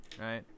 right